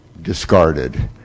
discarded